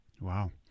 Wow